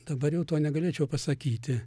dabar jau to negalėčiau pasakyti